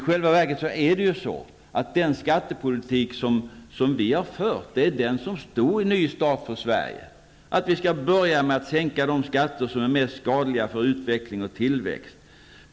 I själva verket är ju den skattepolitik vi har fört den som stod redovisad i Ny start för Sverige, dvs. att vi skall börja med att sänka de skatter som är mest skadliga för utveckling och tillväxt.